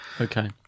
Okay